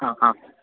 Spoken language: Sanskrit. हा हा